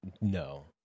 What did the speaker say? No